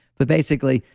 but basically,